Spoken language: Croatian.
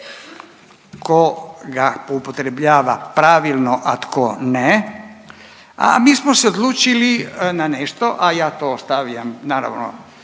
tko ga upotrebljava pravilno a tko ne, a mi smo se odlučili na nešto, a ja to ostavljam naravno